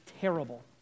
terrible